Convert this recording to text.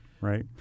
Right